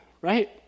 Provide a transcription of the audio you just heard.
right